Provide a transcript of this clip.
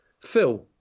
Phil